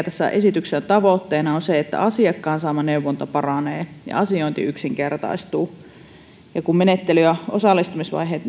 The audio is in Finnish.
tässä esityksessä on tavoitteena nimenomaan se että asiakkaan saama neuvonta paranee ja asiointi yksinkertaistuu ja kun menettely ja osallistumisvaiheet